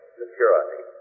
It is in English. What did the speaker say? security